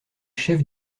chef